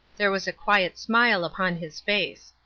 there was a quiet smile upon his face.